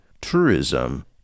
tourism